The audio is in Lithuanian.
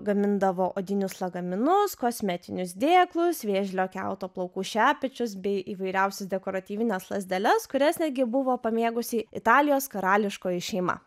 gamindavo odinius lagaminus kosmetinius dėklus vėžlio kiauto plaukų šepečius bei įvairiausias dekoratyvines lazdeles kurias netgi buvo pamėgusi italijos karališkoji šeima